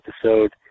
episode